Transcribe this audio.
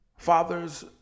Fathers